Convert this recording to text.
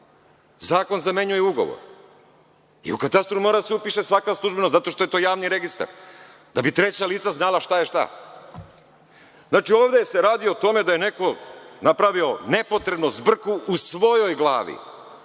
Zakon zamenjuje ugovor, i u katastru mora da se upiše svaka službena, zato što je to javni registar, da bi treća lica znala šta je šta. Znači, ovde se radi o tome da je neko napravio nepotrebno zbrku u svojoj glavi,